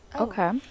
Okay